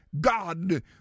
God